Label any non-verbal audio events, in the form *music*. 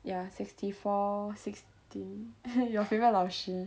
ya sixty four sixteen *laughs* your favourite 老师